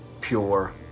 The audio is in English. pure